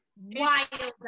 wild